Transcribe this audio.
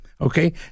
okay